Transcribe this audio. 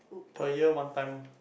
per year one time orh